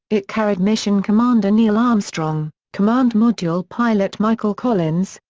it carried mission commander neil armstrong, command module pilot michael collins,